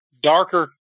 darker